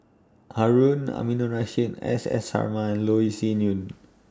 Harun Aminurrashid S S Sarma and Loh Yee Sin Yun